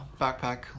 backpack